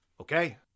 okay